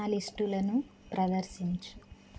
నా లిస్టులను ప్రదర్శించు